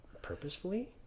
purposefully